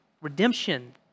redemption